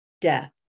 death